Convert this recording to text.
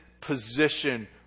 position